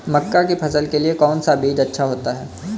मक्का की फसल के लिए कौन सा बीज अच्छा होता है?